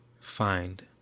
find